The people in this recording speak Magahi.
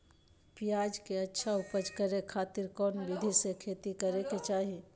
प्याज के अच्छा उपज करे खातिर कौन विधि से खेती करे के चाही?